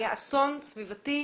היה אסון סביבתי.